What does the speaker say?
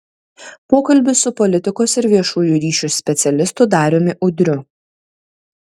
pokalbis su politikos ir viešųjų ryšių specialistu dariumi udriu